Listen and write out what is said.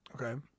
Okay